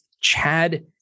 Chad